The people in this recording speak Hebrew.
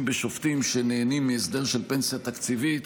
בשופטים שנהנים מהסדר של פנסיה תקציבית,